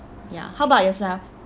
ya how about yourself